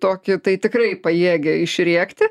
tokį tai tikrai pajėgia išrėkti